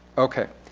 ok,